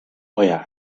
euer